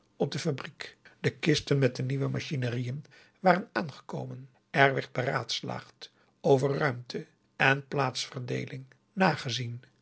op de fabriek de kisten met de nieuwe machineriën waren aangekomen er werd beraadslaagd over ruimte en plaatsverdeeling nagezien